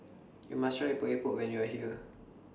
YOU must Try Epok Epok when YOU Are here